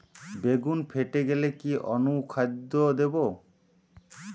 বেগুন ফেটে গেলে কি অনুখাদ্য দেবো?